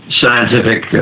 scientific